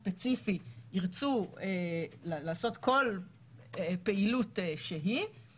נושא מכרה הפוספטים שדה בריר הוא לא פעם ראשונה על שולחנה